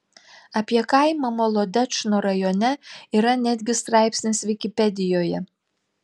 apie kaimą molodečno rajone yra netgi straipsnis vikipedijoje